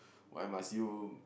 why must you